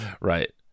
Right